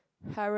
Harry